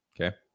okay